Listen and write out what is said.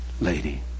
lady